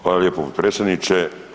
Hvala lijepo potpredsjedniče.